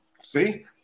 see